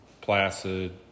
Placid